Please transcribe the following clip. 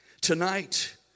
tonight